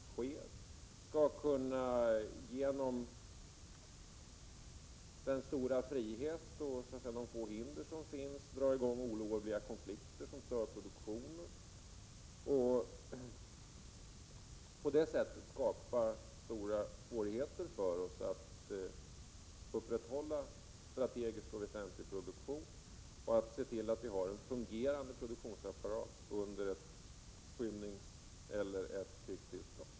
Skall en fiende kunna genom den stora frihet och de få hinder som finns dra i gång olovliga konflikter som stör produktionen och på det sättet skapa svårigheter för oss att upprätthålla en strategisk och = Prot. 1987/88:21 väsentlig produktion eller att hålla en fungerande produktionsapparat i gång 11 november 1987 under skymningseller krigstillstånd?